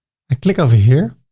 i click over here.